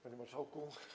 Panie Marszałku!